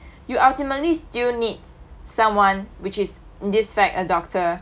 you ultimately still need someone which is in this fact a doctor